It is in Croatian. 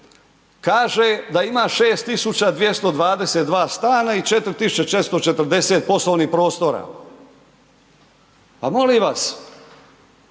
Kaže da ima 6 222 stana i 4 440 poslovnih prostora. Pa molim vas,